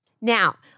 Now